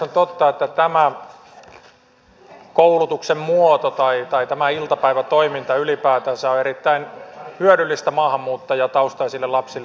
on totta että tämä koulutuksen muoto tai tämä iltapäivätoiminta ylipäätänsä on erittäin hyödyllistä maahanmuuttajataustaisille lapsille